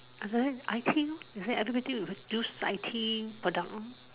after that I_T lor they say everybody would use I_T product lor